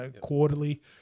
quarterly